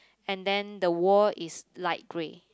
and then the wall is light grey